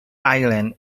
island